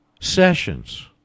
sessions